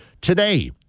today